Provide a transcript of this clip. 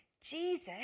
Jesus